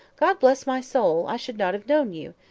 god bless my soul! i should not have known you.